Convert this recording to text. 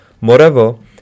Moreover